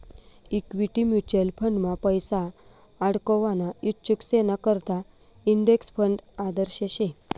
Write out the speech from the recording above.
equity mutual फंडमा पैसा आडकवाना इच्छुकेसना करता इंडेक्स फंड आदर्श शे